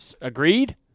agreed